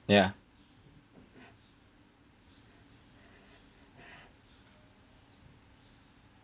ya